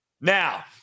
Now